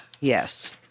Yes